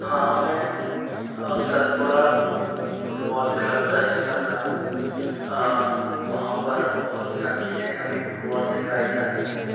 हाँ मैं Satpura football club का हिस्सा था वहाँ पर बहुत सख़्ती से हमें फुटबाल सिखाई जाती थी